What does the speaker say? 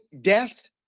death